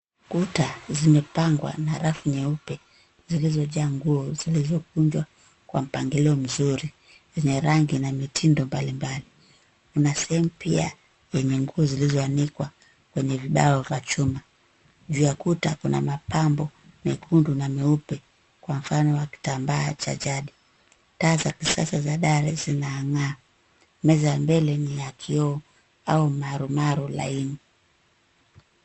Kuta zimepangwa na rafu nyeupe zilizojaa nguo zilizokunjwa kwa mpangilio mzuri zenye rangi na mitindo mbali mbali. Kuna sehemu pia yenye nguo zilizoanikwa kwenye vibao vya chuma. Juu ya kuta kuna mapambo mekundu na meupe kwa mfano wa kitambaa cha jadi. Taa za kisasa za dari zinang'aa. Meza ya mbele ni ya kioo au marumaru laini.